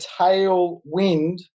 tailwind